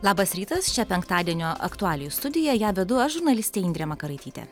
labas rytas čia penktadienio aktualijų studija ją vedu aš žurnalistė indrė makaraitytė